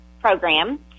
Program